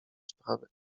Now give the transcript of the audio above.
sprawy